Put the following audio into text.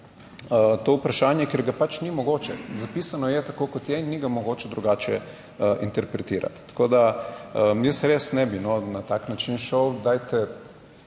to vprašanje, ker ga pač ni mogoče. Zapisano je tako kot je in ni ga mogoče drugače interpretirati. Tako da jaz res ne bi na tak način šel.